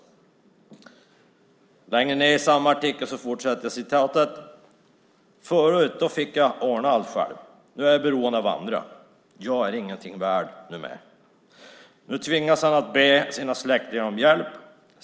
Längre ned i samma artikel kan man läsa: "- Förut fick jag ordna allt själv. Nu är jag beroende av andra. Jag är ingenting värd numera." Nu tvingas han be sina släktingar om hjälp.